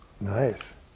Nice